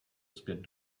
zpět